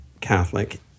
Catholic